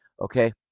Okay